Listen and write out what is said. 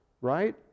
right